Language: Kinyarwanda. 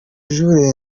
jules